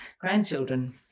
grandchildren